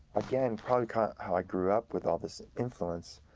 again, probably how i grew up with all this influence,